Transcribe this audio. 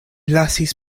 lasis